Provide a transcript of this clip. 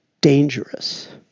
dangerous